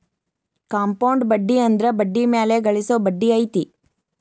compound ಬಡ್ಡಿ ಅಂದ್ರ ಬಡ್ಡಿ ಮ್ಯಾಲೆ ಗಳಿಸೊ ಬಡ್ಡಿ ಐತಿ